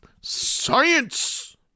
science